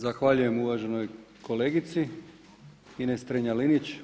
Zahvaljujem uvaženoj kolegici Ines Strenja—Linić.